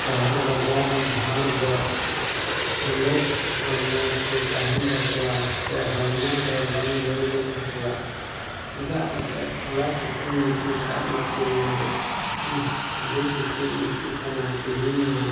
ᱥᱚᱦᱚᱨ ᱵᱟᱡᱟᱨ ᱨᱮᱱ ᱦᱚᱲ ᱫᱚ ᱥᱚᱞᱮᱴ ᱦᱚᱲᱢᱚ ᱠᱚ ᱛᱟᱦᱮᱱ ᱛᱟᱠᱚᱣᱟ ᱥᱮ ᱦᱚᱲᱢᱚ ᱫᱚ ᱵᱟᱝ ᱵᱟᱹᱲᱤᱡᱚᱜ ᱛᱟᱠᱚᱣᱟ ᱪᱮᱫᱟᱜ ᱮᱱᱛᱮᱫ ᱛᱷᱚᱲᱟ ᱥᱤᱛᱩᱝ ᱞᱮᱠᱚ ᱠᱷᱟᱱ ᱫᱚᱠᱚ ᱢᱮᱱᱟ ᱦᱮᱸ ᱟᱹᱰᱤ ᱥᱤᱛᱩᱝ ᱟᱹᱭᱠᱟᱹᱜ ᱠᱟᱱᱟ ᱛᱮᱦᱮᱧ ᱢᱟ